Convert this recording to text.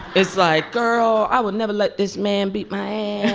it's like, girl, i would never let this man beat my